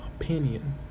opinion